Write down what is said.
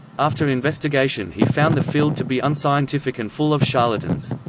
after investigation he found the field to be unscientific and full of charlatans.